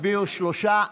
הצביעו שלושה.